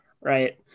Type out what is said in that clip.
right